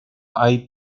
hay